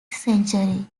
century